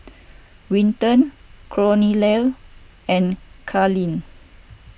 Winton Cornelia and Carli